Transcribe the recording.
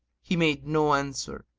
he made no answer,